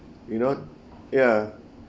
you know ya